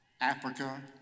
Africa